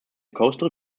coastal